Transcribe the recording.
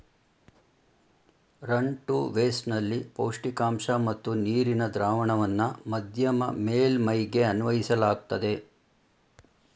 run to waste ನಲ್ಲಿ ಪೌಷ್ಟಿಕಾಂಶ ಮತ್ತು ನೀರಿನ ದ್ರಾವಣವನ್ನ ಮಧ್ಯಮ ಮೇಲ್ಮೈಗೆ ಅನ್ವಯಿಸಲಾಗ್ತದೆ